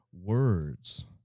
words